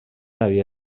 havia